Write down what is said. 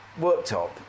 worktop